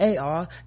AR